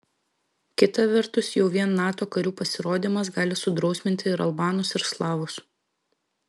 kita vertus jau vien nato karių pasirodymas gali sudrausminti ir albanus ir slavus